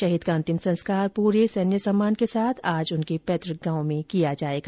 शहीद का अंतिम संस्कार पूरे सैन्य सम्मान के साथ आज उनके पैतुक गांव में किया जाएगा